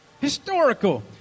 Historical